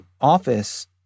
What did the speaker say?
office